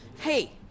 Hey